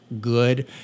good